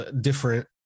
different